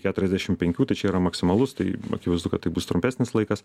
keturiasdešim penkių tai čia yra maksimalus tai akivaizdu kad tai bus trumpesnis laikas